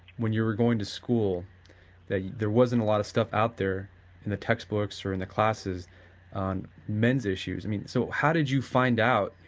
when you were going to school that there wasn't a lot of stuff out there in the textbooks or in the classes on men's issues, so how did you find out,